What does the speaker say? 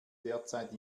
derzeit